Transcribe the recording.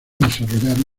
desarrollaron